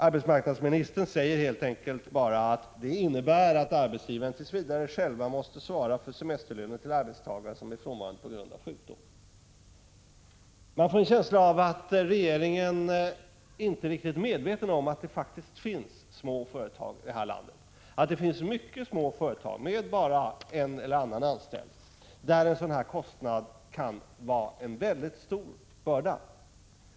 Arbetsmarknadsministern säger helt enkelt att arbetsgivarna tills vidare själva måste svara för semesterlönen till arbetstagare som är frånvarande på grund av sjukdom. Man får en känsla av att regeringen inte är riktigt medveten om att det faktiskt finns småföretag i det här landet. Det finns mycket små företag med bara en eller annan anställd, där en sådan kostnad kan vara en mycket stor börda.